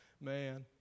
Man